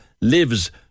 lives